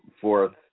fourth